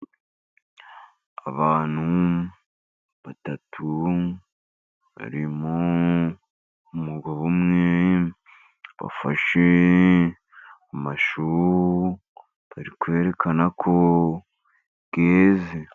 Abantu batatu ,barimo umugabo umwe bafashe amashu, bari kwerekana ko yeze.